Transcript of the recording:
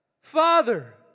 Father